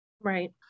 right